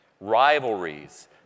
rivalries